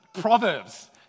Proverbs